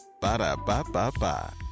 Ba-da-ba-ba-ba